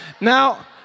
Now